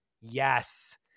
Yes